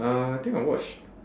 uh I think I watched